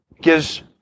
gives